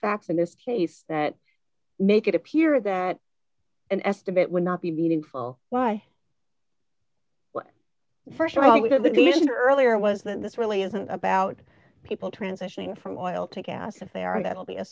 facts in this case that make it appear that an estimate would not be meeting full why well st of all we did the earlier was that this really isn't about people transitioning from oil take ask if they are that will be a